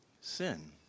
sin